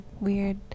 weird